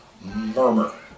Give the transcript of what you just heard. murmur